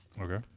Okay